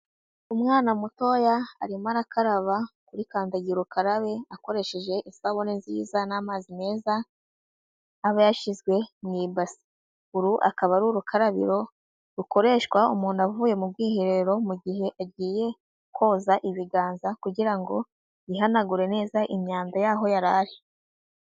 Umwana mutoya arimo arakaraba kuri kandagiro ukararabe akoresheje isabune nziza n'amazi meza aba yashyizwe mu ibasi, uru akaba ari urukarabiro rukoreshwa umuntu avuye mu bwiherero mu gihe agiye koza ibiganza kugira ngo yihanagure neza imyanda yaho yarari.